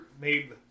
made